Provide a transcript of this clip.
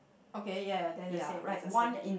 okay ya ya then the same is the same